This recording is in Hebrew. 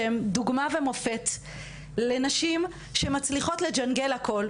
שהן דוגמה ומופת לנשים שמצליחות לג'נגל הכול,